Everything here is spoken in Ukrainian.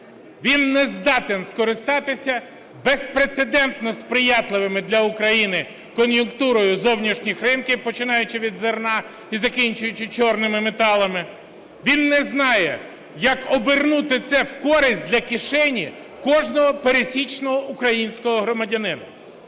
Він не здатен скористатися безпрецедентно сприятливою для України кон'юнктурою зовнішніх ринків, починаючи від зерна і закінчуючи чорними металами, він не знає, як обернути це в користь для кишені кожного пересічного українського громадянина.